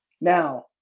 now